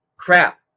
crap